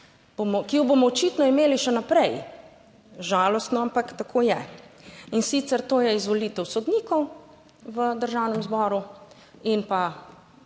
ki ju bomo očitno imeli še naprej, žalostno, ampak tako je in sicer to je izvolitev sodnikov v Državnem zboru in pa